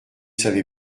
savez